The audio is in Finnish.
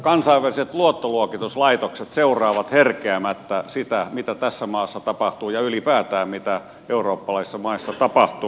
kansainväliset luottoluokituslaitokset seuraavat herkeämättä sitä mitä tässä maassa tapahtuu ja ylipäätään mitä eurooppalaisissa maissa tapahtuu